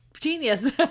genius